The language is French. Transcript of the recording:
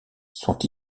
sont